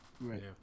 right